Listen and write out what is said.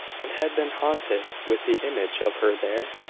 and had been haunted with the image of her there?